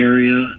Area